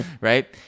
right